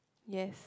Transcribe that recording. yes